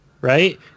right